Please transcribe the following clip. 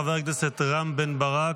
חבר הכנסת רם בן ברק,